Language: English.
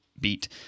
beat